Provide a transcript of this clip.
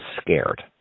scared